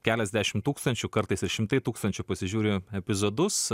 keliasdešim tūkstančių kartais ir šimtai tūkstančių pasižiūri epizodus